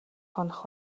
хонох